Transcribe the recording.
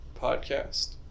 podcast